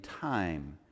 time